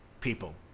people